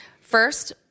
First